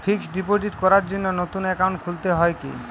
Fix deposit করার জন্য নতুন অ্যাকাউন্ট খুলতে হয় কী?